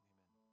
Amen